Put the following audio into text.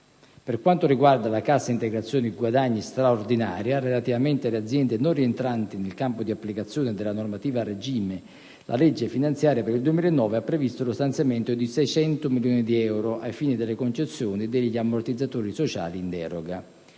Per quanto riguarda la cassa integrazione guadagni straordinaria, relativamente alle aziende non rientranti nel campo di applicazione della normativa a regime, la legge finanziaria per il 2009 ha previsto lo stanziamento di 600 milioni di euro ai fini delle concessioni degli ammortizzatori sociali in deroga.